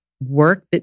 work